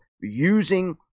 using